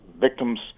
victims